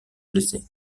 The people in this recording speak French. blessé